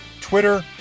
Twitter